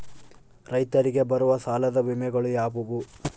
ರೈತರಿಗೆ ಬರುವ ಸಾಲದ ವಿಮೆಗಳು ಯಾವುವು?